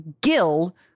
Gil